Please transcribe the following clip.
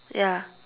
ya